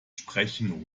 sprechen